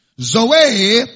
Zoe